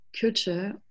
culture